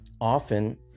often